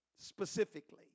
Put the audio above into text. specifically